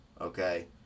Okay